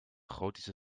gotische